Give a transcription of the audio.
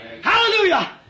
Hallelujah